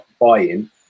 buy-in